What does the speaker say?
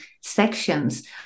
sections